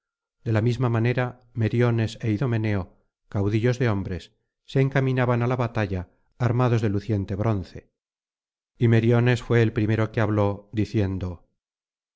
de la misma manera meriones é idomeneo caudillos de hombres se encaminaban á la batalla armados de luciente bronce y meriones fué el primero que habló diciendo